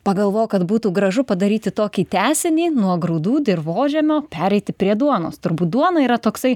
pagalvojau kad būtų gražu padaryti tokį tęsinį nuo grūdų dirvožemio pereiti prie duonos turbūt duona yra toksai